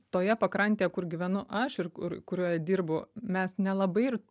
toje pakrantėje kur gyvenu aš ir kur kurioje dirbu mes nelabai ir